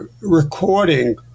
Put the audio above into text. recording